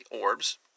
orbs